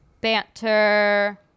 banter